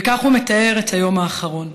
וכך הוא מתאר את היום האחרון: